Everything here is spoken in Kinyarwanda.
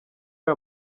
aya